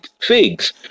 figs